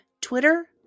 Twitter